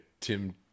Tim